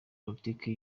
politike